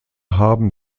haben